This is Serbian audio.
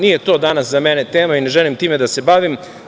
Nije to danas za mene tema i ne želim time da se bavim.